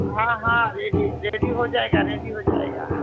हाँ हाँ ready ready हो जाएगा रेडी हो जाएगा